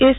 S